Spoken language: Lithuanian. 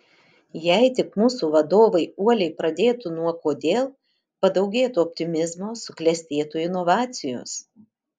jei tik mūsų vadovai uoliai pradėtų nuo kodėl padaugėtų optimizmo suklestėtų inovacijos